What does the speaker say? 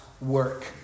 work